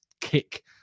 kick